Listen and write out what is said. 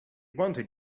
wanted